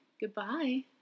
Goodbye